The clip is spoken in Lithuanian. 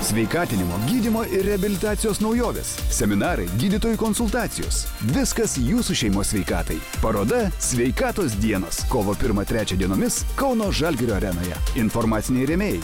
sveikatinimo gydymo ir reabilitacijos naujovės seminarai gydytojų konsultacijos viskas jūsų šeimos sveikatai paroda sveikatos dienos kovo pirmą trečią dienomis kauno žalgirio arenoje informaciniai rėmėjai